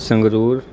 Sangrur